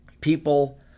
people